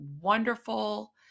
wonderful